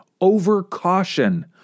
over-caution